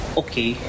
okay